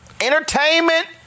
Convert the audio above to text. entertainment